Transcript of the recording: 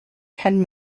ten